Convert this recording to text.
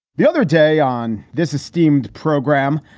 the other day on this esteemed program,